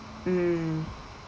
mm